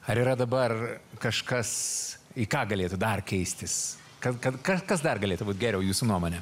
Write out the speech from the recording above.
ar yra dabar kažkas į ką galėtų dar keistis kad kad kas dar galėtų būti geriau jūsų nuomone